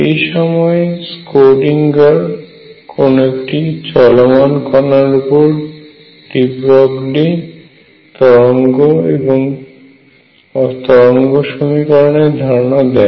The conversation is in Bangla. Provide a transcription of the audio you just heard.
এই সময় স্ক্রোডিঙ্গারSchrödinger কোনো একটি চলমান কণার উপরে ডি ব্রগলি তরঙ্গের তরঙ্গ সমীকরণ এর ধারণা দেয়